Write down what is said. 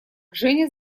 женя